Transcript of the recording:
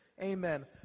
Amen